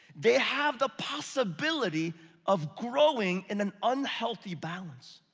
they have the possibility of growing in an unhealthy balance.